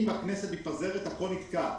אם הכנסת מתפזרת, הכול נתקע.